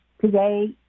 Today